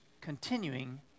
continuing